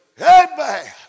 Amen